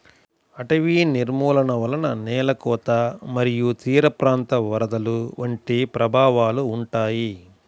అటవీ నిర్మూలన వలన నేల కోత మరియు తీరప్రాంత వరదలు వంటి ప్రభావాలు ఉంటాయి